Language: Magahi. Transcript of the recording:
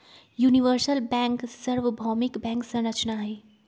यूनिवर्सल बैंक सर्वभौमिक बैंक संरचना हई